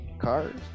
Cars